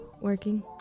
Working